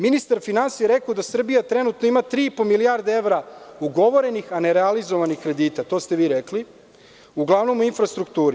Ministar finansija je rekao da Srbija trenutno ima 3,5 milijardi evra ugovorenih, a nerealizovanih kredita, to ste vi rekli, uglavnom u infrastrukturi.